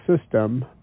system